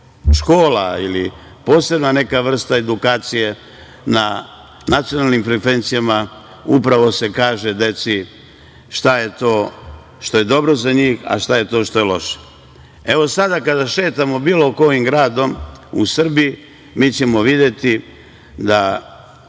škola ili posebna neka vrsta edukacije na nacionalnim frekvencijama, upravo da kažemo deci šta je to što je dobro za njih, a šta je to što je loše. Evo, sada kada šetamo bilo kojim gradom u Srbiji, mi ćemo videti da